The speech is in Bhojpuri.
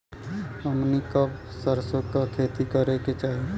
हमनी के कब सरसो क खेती करे के चाही?